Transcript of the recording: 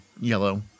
yellow